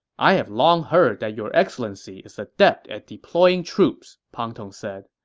i have long heard that your excellency is adept at deploying troops, pang tong said.